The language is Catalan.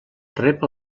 rep